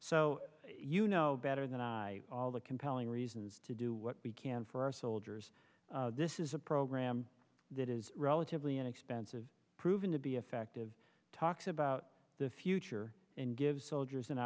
so you know better than i all the compelling reasons to do what we can for our soldiers this is a program that is relatively inexpensive proven to be effective talks about the future and gives soldiers an